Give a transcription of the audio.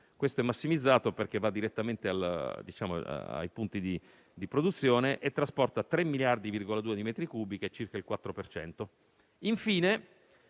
questo è massimizzato, perché va direttamente ai punti di produzione, e trasporta 3,2 miliardi di metri cubi (circa il 4 per cento). Infine,